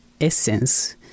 essence